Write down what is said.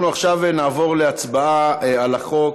אנחנו נעבור עכשיו להצבעה על החוק